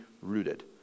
rooted